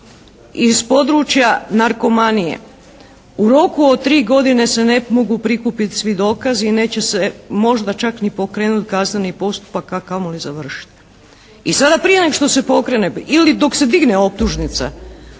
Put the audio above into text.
iz područja narkomanije u roku od tri godine se ne mogu prikupiti svi dokazi i neće se možda čak ni pokrenuti kazneni postupak a kamoli završiti. I sada prije nego što se pokrene ili dok se digne optužnica